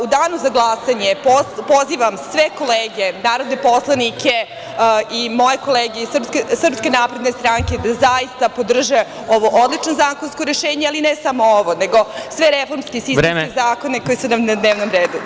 U danu za glasanje pozivam sve kolege narodne poslanike i moje kolege iz SNS da zaista podrže ovo odlično zakonsko rešenje, ali ne samo ovo nego sve reformske sistemske zakone koji su nam na dnevnom redu.